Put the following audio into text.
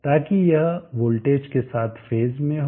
ताकि यह वोल्टेज के साथ फेज में हो